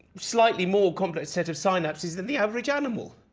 slightly more complex set of synapses than the average animal.